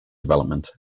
development